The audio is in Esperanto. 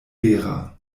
vera